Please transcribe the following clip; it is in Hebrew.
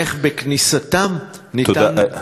תודה.